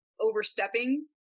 overstepping